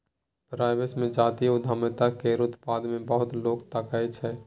प्रवास मे जातीय उद्यमिता केर उत्पाद केँ बहुत लोक ताकय छै